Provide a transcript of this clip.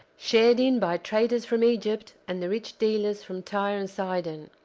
shared in by traders from egypt and the rich dealers from tyre and sidon.